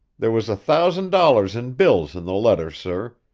there was a thousand dollars in bills in the letter, sir,